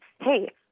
hey